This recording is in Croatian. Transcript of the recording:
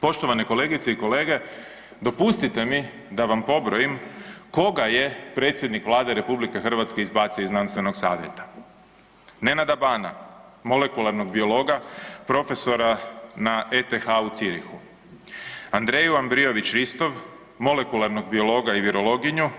Poštovane kolegice i kolege, dopustite mi da vam pobrojim koga je predsjednik Vlade RH izbacio iz Znanstvenog savjeta, Nenada Bana, molekularnog biologa prof. na ETH u Zürichu, Andreju Ambrirović Ristov, molekularnog biologa i virologinju